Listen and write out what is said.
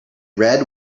red